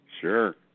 Sure